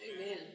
Amen